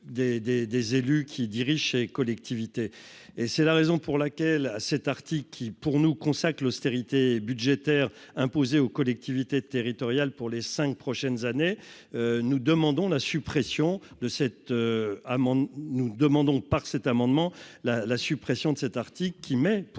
des élus qui dirigeait collectivités et c'est la raison pour laquelle à cet article qui, pour nous, consacrent l'austérité budgétaire imposée aux collectivités territoriales pour les 5 prochaines années, nous demandons la suppression de cet amendement, nous ne demandons pas que cet amendement la la suppression de cet article qui met pour